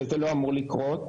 שזה לא אמור לקרות.